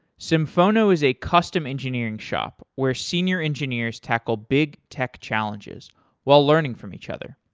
symphono is a custom engineering shop where senior engineers tackle big tech challenges while learning from each other.